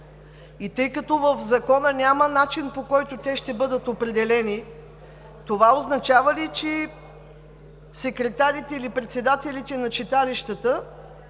И тъй като в Закона няма начин, по който те ще бъдат определени, това означава ли, че секретарите или председателите на читалищата